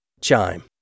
Chime